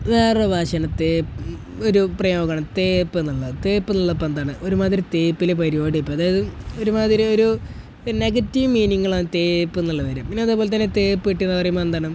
വേറെയൊരു ഭാഷയാണ് തേപ്പ് ഒരു പ്രയോഗമാണ് തേപ്പ് എന്നള്ളത് തേപ്പെന്നുള്ളത് ഇപ്പോള് എന്താണ് ഒരുമാതിരി തേപ്പിലെ പരിപാടിയായി പോയി അതായത് ഒരുമാതിരി ഒരു നെഗറ്റീവ് മീനിങ്ങുള്ളതാണ് തേപ്പെന്നുള്ള വരും പിന്നെ അതേപോലെ തന്നെ തേപ്പ് കിട്ടിയെന്ന് പറയുമ്പോള് എന്താണ്